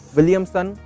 Williamson